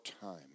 time